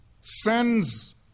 sends